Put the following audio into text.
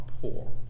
poor